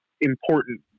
important